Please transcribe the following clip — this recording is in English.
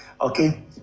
Okay